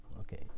Okay